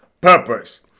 purpose